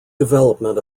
development